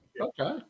Okay